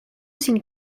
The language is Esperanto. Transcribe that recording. sin